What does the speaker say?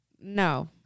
No